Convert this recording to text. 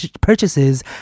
purchases